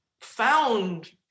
found